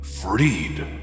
Freed